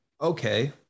okay